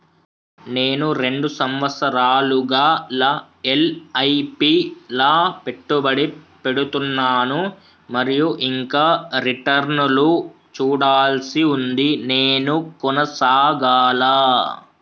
నేను రెండు సంవత్సరాలుగా ల ఎస్.ఐ.పి లా పెట్టుబడి పెడుతున్నాను మరియు ఇంకా రిటర్న్ లు చూడాల్సి ఉంది నేను కొనసాగాలా?